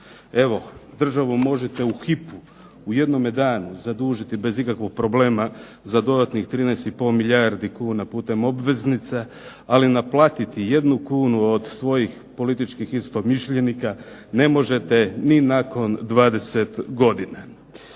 Evo, državu možete u hipu, u jednome danu zadužiti bez ikakvog problema za dodatnih 13,5 milijardi kuna putem obveznica, ali naplatiti 1 kunu od svojih političkih istomišljenika ne možete ni nakon 20 godina.